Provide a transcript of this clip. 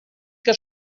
que